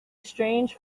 strange